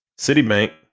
Citibank